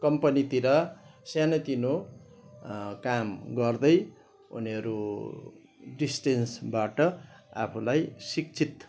कम्पनीतिर सानो तिनो काम गर्दै उनीहरू डिसटेन्सबाट आफूलाई शिक्षित